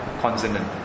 consonant